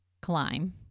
climb